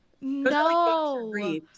No